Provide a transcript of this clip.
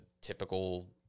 typical